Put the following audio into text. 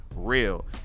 real